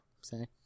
say